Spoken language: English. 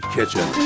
Kitchen